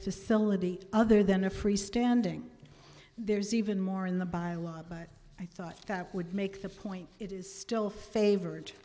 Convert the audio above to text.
facility other than a freestanding there's even more in the bylaw but i thought that would make the point it is still favored